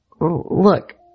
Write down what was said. look